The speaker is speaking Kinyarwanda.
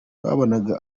babonaga